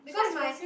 because my